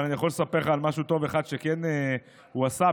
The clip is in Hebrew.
אבל אני יכול לספר לך על משהו טוב אחד שכן הוא עשה.